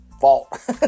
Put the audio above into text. fault